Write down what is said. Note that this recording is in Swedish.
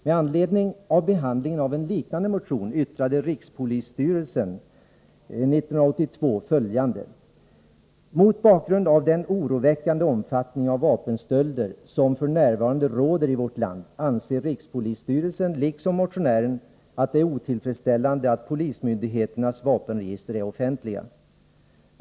Med anledning av behandlingen av en liknande motion yttrade rikspolisstyrelsen 1982 följande: ”Mot bakgrund av den oroväckande omfattning av vapenstölder som för närvarande råder i vårt land, anser Rikspolisstyrelsen liksom motionären att det är otillfredsställande att polismyndigheternas vapenregister är offentliga.